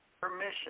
permission